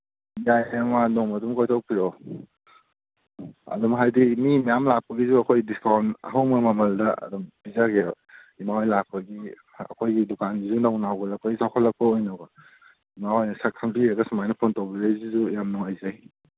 ꯌꯥꯏ ꯏꯃꯥ ꯅꯣꯡꯃ ꯑꯗꯨꯝ ꯀꯣꯏꯊꯣꯛꯄꯤꯔꯛꯑꯣ ꯑꯗꯨꯝ ꯍꯥꯏꯗꯤ ꯃꯤ ꯃꯌꯥꯝ ꯂꯥꯛꯄꯒꯤꯁꯨ ꯑꯩꯈꯣꯏ ꯗꯤꯁꯀꯥꯎꯟ ꯑꯍꯣꯡꯕ ꯃꯃꯜꯗ ꯑꯗꯨꯝ ꯄꯤꯖꯒꯦꯕ ꯏꯃꯥꯍꯣꯏ ꯂꯥꯛꯄꯒꯤ ꯑꯩꯈꯣꯏꯒꯤ ꯗꯨꯀꯥꯟꯁꯤ ꯅꯧꯅ ꯍꯧꯒꯠꯂꯛꯄꯄꯤ ꯆꯥꯎꯈꯠꯂꯛꯄ ꯑꯣꯏꯅꯀꯣ ꯏꯃꯥꯍꯣꯏꯅ ꯁꯛ ꯈꯪꯕꯤꯔꯒ ꯁꯨꯃꯥꯏꯅ ꯐꯣꯟ ꯇꯧꯕꯤꯔꯛꯏꯁꯤꯁꯨ ꯌꯥꯝ ꯅꯨꯡꯉꯥꯏꯖꯩ